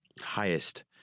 highest